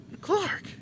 Clark